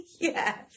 Yes